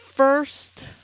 first